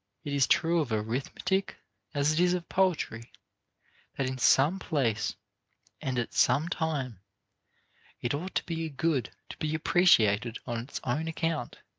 it is true of arithmetic as it is of poetry that in some place and at some time it ought to be a good to be appreciated on its own account